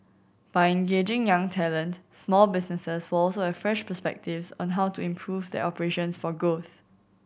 by engaging young talent small businesses will also have fresh perspectives on how to improve their operations for growth